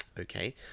Okay